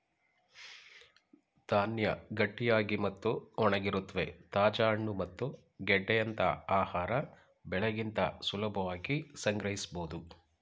ಧಾನ್ಯ ಗಟ್ಟಿಯಾಗಿ ಮತ್ತು ಒಣಗಿರುತ್ವೆ ತಾಜಾ ಹಣ್ಣು ಮತ್ತು ಗೆಡ್ಡೆಯಂತ ಆಹಾರ ಬೆಳೆಗಿಂತ ಸುಲಭವಾಗಿ ಸಂಗ್ರಹಿಸ್ಬೋದು